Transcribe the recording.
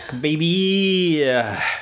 baby